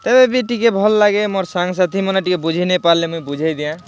ତେବେ ବି ଟିକେ ଭଲ୍ ଲାଗେ ମୋର୍ ସାଙ୍ଗସାଥି ମାନେ ଟିକେ ବୁଝି ନେଇ ପାରିଲେ ମୁଁ ବୁଝେଇଁ ଦିଏଁ